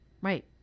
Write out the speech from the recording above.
Right